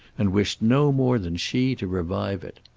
and wished no more than she to revive it.